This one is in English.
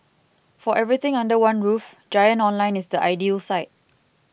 for everything under one roof Giant Online is the ideal site